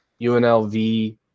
UNLV